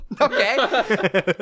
Okay